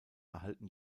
erhalten